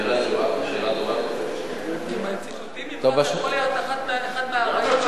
שאלה טובה, תקבל תשובה.